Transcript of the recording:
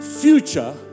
future